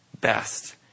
best